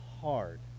hard